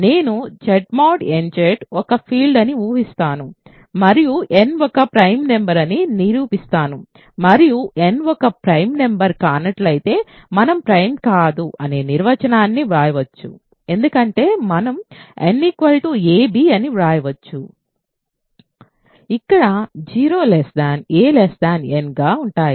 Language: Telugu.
నేను Z mod nZ ఒక ఫీల్డ్ అని ఊహిస్తాను మరియు n ఒక ప్రైమ్ నెంబర్ అని నిరూపిస్తాను మరియు n ఒక ప్రైమ్ నెంబర్ కానట్లయితే మనం ప్రైమ్ కాదు అనే నిర్వచనాన్ని వ్రాయవచ్చు అంటే మనం n ab అని వ్రాయవచ్చు ఇక్కడ 0a n గా ఉంటాయి